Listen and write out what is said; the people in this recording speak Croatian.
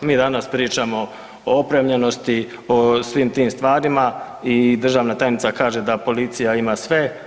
Mi danas pričamo o opremljenosti, o svim tim stvarima i državna tajnica kaže da policija ima sve.